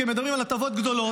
כי הם מדברים על הטבות גדולות.